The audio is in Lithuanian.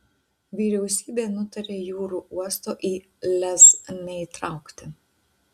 vyriausybė nutarė jūrų uosto į lez neįtraukti